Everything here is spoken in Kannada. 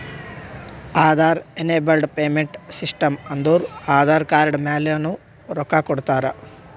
ಆಧಾರ್ ಏನೆಬಲ್ಡ್ ಪೇಮೆಂಟ್ ಸಿಸ್ಟಮ್ ಅಂದುರ್ ಆಧಾರ್ ಕಾರ್ಡ್ ಮ್ಯಾಲನು ರೊಕ್ಕಾ ಕೊಡ್ತಾರ